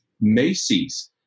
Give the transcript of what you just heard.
Macy's